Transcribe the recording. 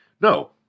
No